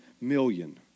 million